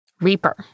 Reaper